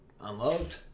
Unloved